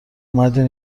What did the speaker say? واومدین